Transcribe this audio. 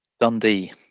Dundee